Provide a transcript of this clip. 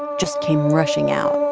just came rushing out